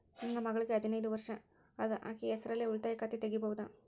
ನನ್ನ ಮಗಳಿಗೆ ಹದಿನೈದು ವರ್ಷ ಅದ ಅಕ್ಕಿ ಹೆಸರಲ್ಲೇ ಉಳಿತಾಯ ಖಾತೆ ತೆಗೆಯಬಹುದಾ?